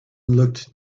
looked